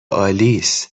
آلیس